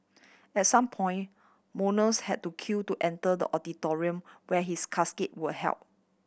at some point mourners had to queue to enter the auditorium where his casket were held